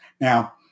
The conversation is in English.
Now